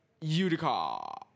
Utica